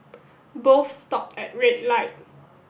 both stopped at a red light